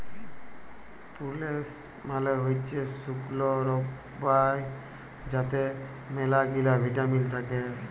প্রুলেস মালে হইসে শুকল বরাই যাতে ম্যালাগিলা ভিটামিল থাক্যে